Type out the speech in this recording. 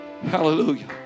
Hallelujah